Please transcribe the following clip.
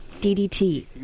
DDT